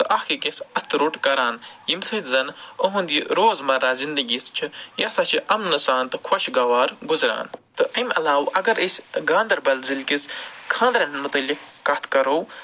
تہٕ اَکھ أکِس اَتھٕ روٚٹ کران ییٚمۍ سۭتۍ زَنہٕ اُہُنٛد یہِ روزمرہ زندگی چھِ یہِ ہسا چھِ امنہٕ سان تہٕ خۄشگوار گُزران تہٕ أمۍ علاوٕ اَگر أسۍ گاندَربَل ضلعہ کِس خانٛدرَن مُتعلِق کَتھ کَرَو